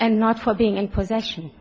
and not for being in possession